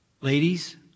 Ladies